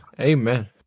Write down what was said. Amen